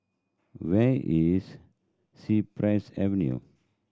where is Cypress Avenue